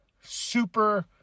Super